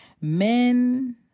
Men